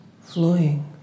flowing